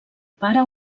pare